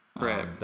Right